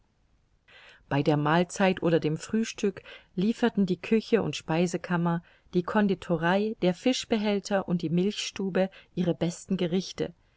bei der mahlzeit oder dem frühstück lieferten die küche und speisekammer die conditorei der fischbehälter und die milchstube ihre besten gerichte